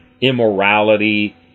immorality